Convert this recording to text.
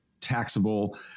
taxable